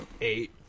Eight